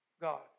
God